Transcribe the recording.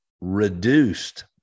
reduced